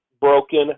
broken